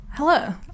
Hello